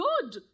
good